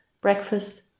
Breakfast